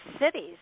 cities